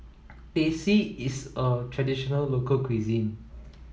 Teh C is a traditional local cuisine